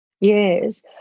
yes